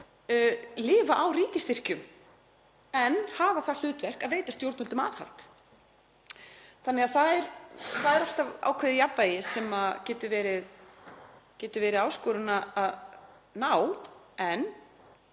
lifa á ríkisstyrkjum en hafa það hlutverk að veita stjórnvöldum aðhald. Það er því alltaf ákveðið jafnvægi sem getur verið áskorun að ná en